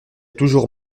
toujours